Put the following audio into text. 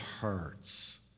hurts